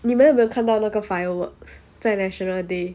你们有没有看到那个 firework 在 national day